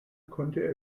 konnte